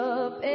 up